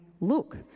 Look